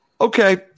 Okay